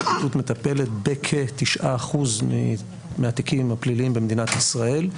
הפרקליטות מטפלת בכ-9% מהתיקים הפליליים במדינת ישראל.